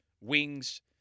wings